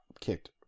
kicked